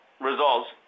results